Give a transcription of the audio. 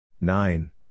Nine